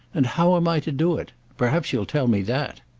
and how am i to do it? perhaps you'll tell me that.